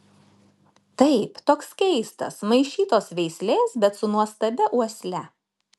taip toks keistas maišytos veislės bet su nuostabia uosle